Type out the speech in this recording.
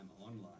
online